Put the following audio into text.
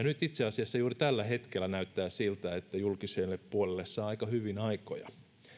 nyt itse asiassa juuri tällä hetkellä näyttää siltä että julkiselle puolelle saa aika hyvin aikoja